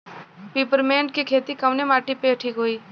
Peppermint के खेती कवने माटी पे ठीक होई?